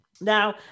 Now